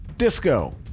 Disco